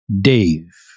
Dave